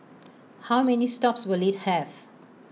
how many stops will IT have